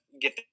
get